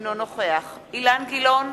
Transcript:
אינו נוכח אילן גילאון,